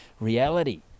reality